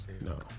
No